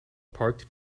parked